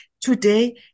today